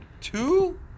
Two